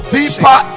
deeper